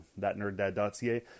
ThatNerdDad.ca